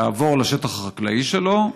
לעבור לשטח החקלאי שלו,